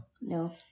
No